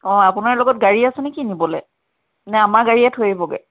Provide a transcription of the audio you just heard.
অ আপোনাৰ লগত গাড়ী আছেনে কি নিবলৈ নে আমাৰ গাড়ীয়ে থৈ আহিবগৈ